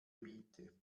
miete